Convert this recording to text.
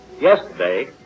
yesterday